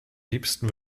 liebsten